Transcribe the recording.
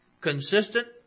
consistent